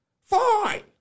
Fine